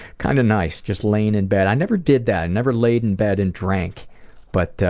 kind of nice, just laying in bed. i never did that. i never laid in bed and drank but